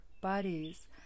bodies